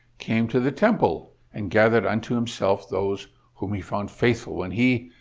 came to the temple and gathered unto himself those whom he found faithful when he,